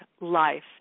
life